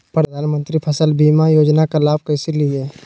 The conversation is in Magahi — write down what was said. प्रधानमंत्री फसल बीमा योजना का लाभ कैसे लिये?